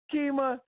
Kima